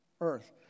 Earth